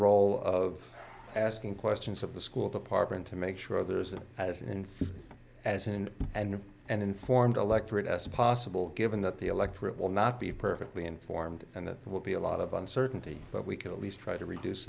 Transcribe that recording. role of asking questions of the school department to make sure there is as in as in and of an informed electorate as possible given that the electorate will not be perfectly informed and that there will be a lot of uncertainty but we can at least try to reduce